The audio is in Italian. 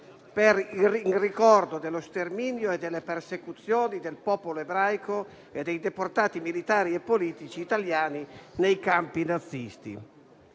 in ricordo dello sterminio e delle persecuzioni del popolo ebraico e dei deportati militari e politici italiani nei campi nazisti,